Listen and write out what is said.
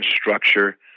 structure